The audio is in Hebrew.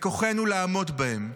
בכוחנו לעמוד בהם".